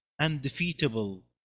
undefeatable